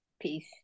Peace